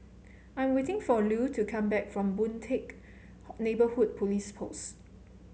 I am waiting for Lue to come back from Boon Teck Neighbourhood Police Post